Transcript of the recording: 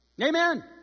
Amen